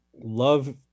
love